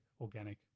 organic